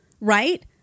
right